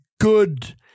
good